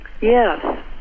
Yes